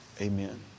Amen